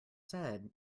said